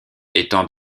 étant